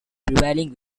prevailing